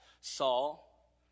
Saul